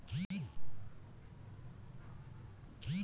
वैव्साय बाजारोत बहुत तरह से लोन दियाल जाछे